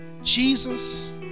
Jesus